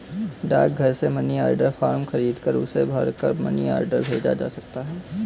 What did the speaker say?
डाकघर से money order form खरीदकर उसे भरकर मनी ऑर्डर भेजा जा सकता है